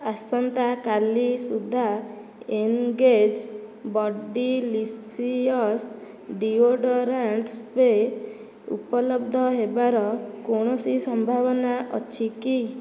ଆସନ୍ତା କାଲି ସୁଦ୍ଧା ଏନ୍ଗେଜ ବଡିଲିସିୟସ୍ ଡିଓଡରାଣ୍ଟ୍ ସ୍ପ୍ରେ ଉପଲବ୍ଧ ହେବାର କୌଣସି ସମ୍ଭାବନା ଅଛି କି